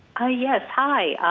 ah yes, hi,